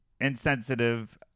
insensitive